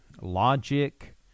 logic